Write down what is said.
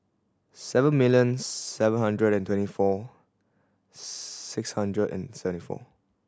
seven million seven hundred and twenty four six hundred and forty seven